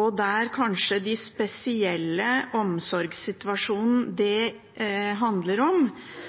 I den spesielle omsorgssituasjonen det handler om,